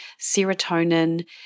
serotonin